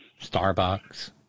Starbucks